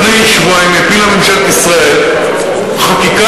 לפני שבועיים הפילה ממשלת ישראל חקיקה